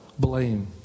Blame